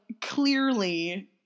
clearly